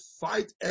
fight